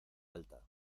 alta